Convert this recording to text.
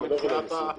גם מבחינת האחריות.